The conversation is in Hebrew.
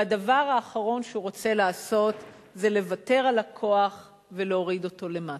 והדבר האחרון שהוא רוצה לעשות זה לוותר על הכוח ולהוריד אותו למטה.